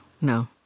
no